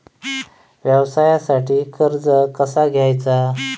व्यवसायासाठी कर्ज कसा घ्यायचा?